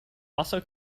also